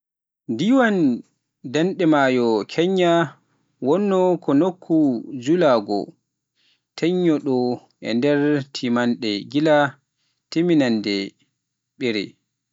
Diiwaan daande maayo Keñiya wonnoo ko nokku njulaagu teeŋtuɗo e nder teeminanɗe, gila e teeminannde ɓiire.